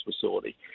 facility